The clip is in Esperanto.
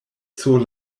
sur